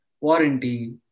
warranty